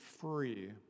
free